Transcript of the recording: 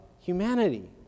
humanity